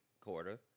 quarter